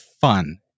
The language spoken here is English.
fun